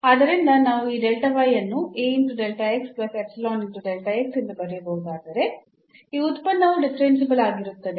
ಆದ್ದರಿಂದ ನಾವು ಈ ಅನ್ನು ಎಂದು ಬರೆಯಬಹುದಾದರೆ ಈ ಉತ್ಪನ್ನವು ಡಿಫರೆನ್ಸಿಬಲ್ ಆಗಿರುತ್ತದೆ